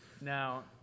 Now